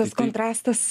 tas kontrastas